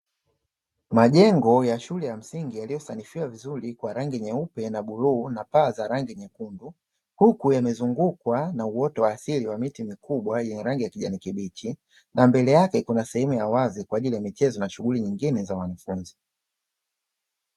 Majengo ya shule ya msingi yaliyosanifiwa vizuri kwa rangi nyeupe na bluu na paa za rangi nyekundu, huku yamezungukwa na uoto wa asili wa miti mikubwa yenye rangi ya kijani kibichi, na mbele yake kuna sehemu ya wazi kwaajili ya michezo na shughuli nyingine za wanafunzi.